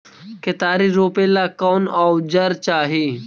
केतारी रोपेला कौन औजर चाही?